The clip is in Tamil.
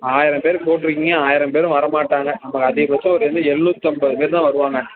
ஆயிரம் பேர் போட்டிருக்கீங்க ஆயிரம் பேரும் வரமாட்டாங்கள் ஒரு அதிகபட்சம் ஒரு வந்து எழுநூத்தி ஐம்பதுப் பேர் தான் வருவாங்கள்